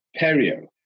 perio